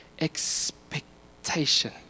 expectation